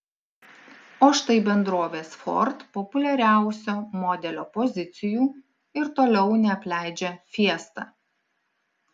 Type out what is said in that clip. o štai bendrovės ford populiariausio modelio pozicijų ir toliau neapleidžia fiesta